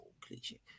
cliche